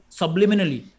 subliminally